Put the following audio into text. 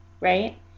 right